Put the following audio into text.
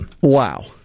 Wow